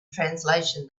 translation